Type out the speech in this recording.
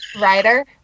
Writer